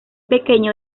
pequeño